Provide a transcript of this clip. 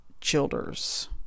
childers